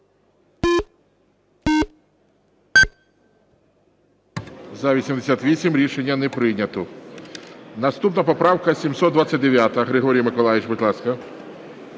Рішення не прийнято. Наступна поправка 729. Григорій Миколайович, будь ласка.